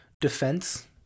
defense